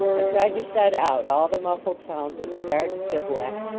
i tried to shut out all the muffled sounds of the guarded bivouac,